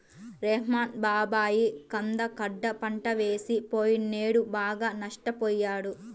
రెహ్మాన్ బాబాయి కంద గడ్డ పంట వేసి పొయ్యినేడు బాగా నష్టపొయ్యాడు